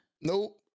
Nope